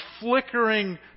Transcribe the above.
flickering